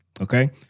Okay